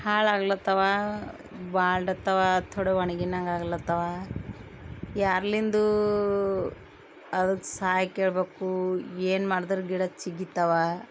ಹಾಳಾಗ್ಲತ್ತವ ಬಾಡ್ಲತ್ತವ ಥೊಡೆ ಒಣಗಿನಂಗಾಗ್ಲತ್ತವ ಯಾರ್ಲಿಂದು ಅದ್ಕೆ ಸಹಾಯ ಕೇಳಬೇಕು ಏನ್ಮಾಡದ್ರೆ ಗಿಡ ಚಿಗಿತಾವ